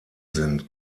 sind